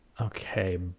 Okay